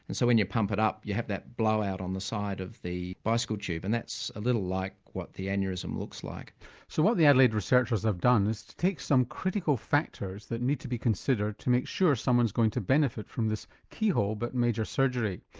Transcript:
and so when you pump it up, you have that blowout on the side of the bicycle tube, and that's a little like what the aneurysm looks like. so what the adelaide researchers have done is to take some critical factors that need to be considered to make sure someone's going to benefit from this keyhole, but major surgery.